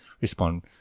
respond